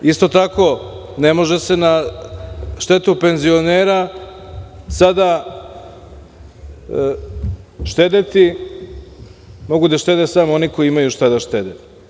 Isto tako, ne može se na štetu penzionera sada štedeti, mogu da štede samo oni koji imaju šta da štede.